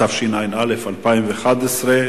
התשע"א 2011,